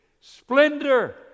splendor